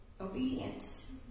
obedience